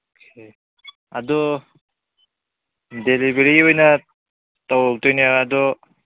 ꯑꯗꯨ ꯗꯦꯂꯤꯚꯔꯤ ꯑꯣꯏꯅ ꯇꯧꯔꯛꯇꯣꯏꯅꯦ ꯑꯗꯨ